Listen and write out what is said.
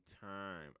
time